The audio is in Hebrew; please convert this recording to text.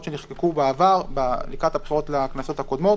שנחקקו בעבר לקראת הבחירות לכנסות הבאות.